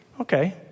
Okay